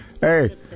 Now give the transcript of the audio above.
Hey